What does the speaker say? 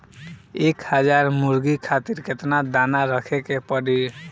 एक हज़ार मुर्गी खातिर केतना दाना रखे के पड़ी?